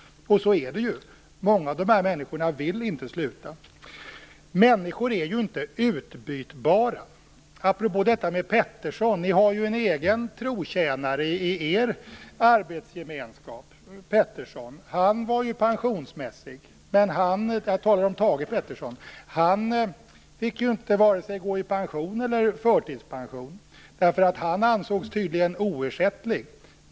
Så är det ju. Många av dessa människor vill inte sluta. Människor är ju inte utbytbara. Apropå detta med Peterson, har ni ju en egen trotjänare i er arbetsgemenskap. Jag talar om Thage G Peterson. Han var ju pensionsmässig, men han fick ju inte vare sig gå i pension eller i förtidspension, därför att han tydligen ansågs oersättlig.